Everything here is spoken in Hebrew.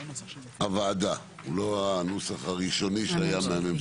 הוא לא הנוסח הראשוני שהיה מהממשלה.